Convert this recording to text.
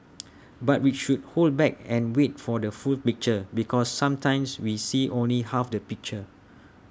but we should hold back and wait for the full picture because sometimes we see only half the picture